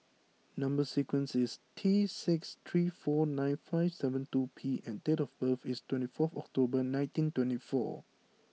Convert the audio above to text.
number sequence is T six three four nine five seven two P and date of birth is twenty four October nineteen twenty four